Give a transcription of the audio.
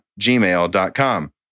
gmail.com